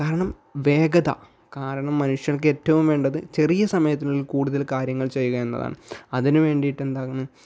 കാരണം വേഗത കാരണം മനുഷ്യർക്ക് ഏറ്റവും വേണ്ടത് ചെറിയ സമയത്തിനുള്ളിൽ കൂടുതൽ കാര്യങ്ങൾ ചെയ്യുക എന്നതാണ് അതിനുവേണ്ടിയിട്ട് എന്താണ്